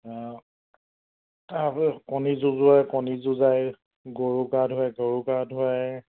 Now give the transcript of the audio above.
কণী যুঁজোৱাই কণী যুঁজায় গৰু গা ধুওৱাই গৰু গা ধুৱায়